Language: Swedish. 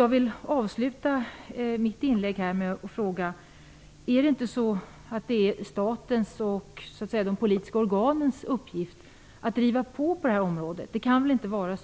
Jag vill avsluta mitt inlägg med att fråga: Är det inte statens och de politiska organens uppgift att vara pådrivande på detta område? Det kan väl inte vara